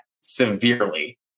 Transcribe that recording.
severely